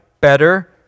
better